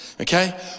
okay